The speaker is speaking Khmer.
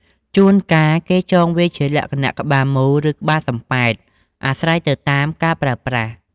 ជួនកាលគេចងវាជាលក្ខណៈ ក្បាលមូល ឬ ក្បាលសំប៉ែត អាស្រ័យទៅតាមការប្រើប្រាស់។